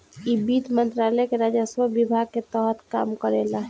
इ वित्त मंत्रालय के राजस्व विभाग के तहत काम करेला